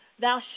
thou